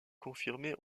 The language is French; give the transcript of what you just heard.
confirmé